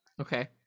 Okay